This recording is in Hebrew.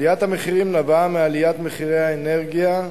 עליית המחירים נבעה מעליית מחירי האנרגיה,